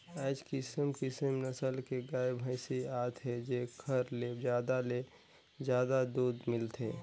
आयज किसम किसम नसल के गाय, भइसी आत हे जेखर ले जादा ले जादा दूद मिलथे